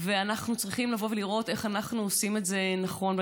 ואנחנו צריכים לבוא ולראות איך אנחנו עושים את זה נכון.